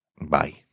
Bye